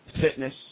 fitness